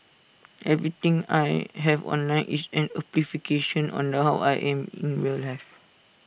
everything I have online is an amplification on the how I am in real life